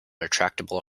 retractable